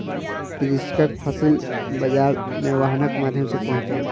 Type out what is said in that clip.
कृषक फसिल बाजार मे वाहनक माध्यम सॅ पहुँचल